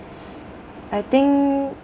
I think